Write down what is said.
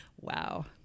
Wow